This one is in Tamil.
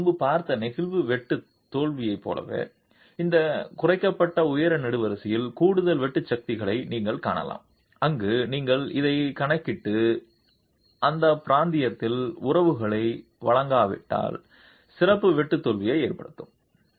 நீங்கள் முன்பு பார்த்த நெகிழ் வெட்டு தோல்வியைப் போலவே அந்த குறைக்கப்பட்ட உயர நெடுவரிசையில் கூடுதல் வெட்டு சக்திகளை நீங்கள் காணலாம் அங்கு நீங்கள் இதைக் கணக்கிட்டு அந்த பிராந்தியத்தில் உறவுகளை வழங்காவிட்டால் திறப்பு வெட்டு தோல்வியை ஏற்படுத்தும்